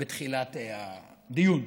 בתחילת הדיון.